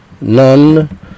none